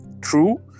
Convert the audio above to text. true